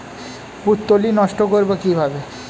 পুত্তলি নষ্ট করব কিভাবে?